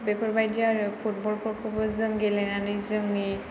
बेफोरबायदि आरो फुटबलफोरखौबो जों गेलेनानै जोंनि